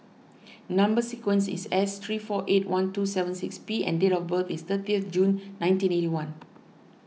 Number Sequence is S three four eight one two seven six P and date of birth is thirty June nineteen eighty one